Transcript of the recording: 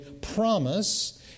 promise